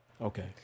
Okay